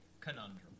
conundrum